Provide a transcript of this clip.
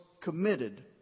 committed